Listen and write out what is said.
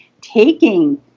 taking